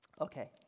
Okay